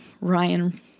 Ryan